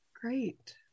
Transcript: Great